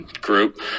Group